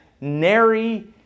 nary